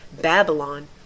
Babylon